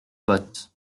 bottes